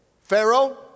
Pharaoh